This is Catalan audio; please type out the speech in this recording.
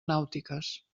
nàutiques